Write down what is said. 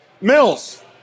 Mills